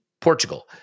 Portugal